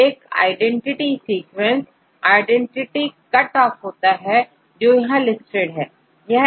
एक identity sequence identity cut off होता है जो यहां लिस्टेड है